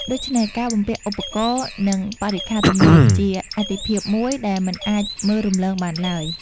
ដូច្នេះការបំពាក់ឧបករណ៍និងបរិក្ខារទំនើបជាអាទិភាពមួយដែលមិនអាចមើលរំលងបានឡើយ។